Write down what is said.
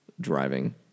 driving